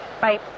Bye